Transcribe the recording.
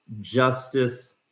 justice